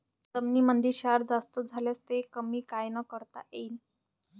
जमीनीमंदी क्षार जास्त झाल्यास ते कमी कायनं करता येईन?